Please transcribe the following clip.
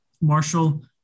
Marshall